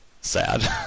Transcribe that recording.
sad